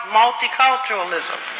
multiculturalism